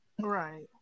Right